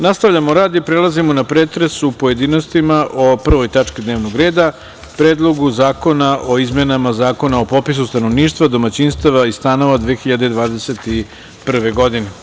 Nastavljamo rad i prelazimo na pretres u pojedinostima o 1. tački dnevnog reda – Predlogu zakona o izmenama Zakona o popisu stanovništva, domaćinstava i stanova 2021. godine.